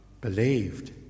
believed